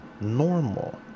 normal